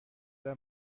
برای